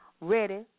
ready